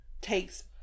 takes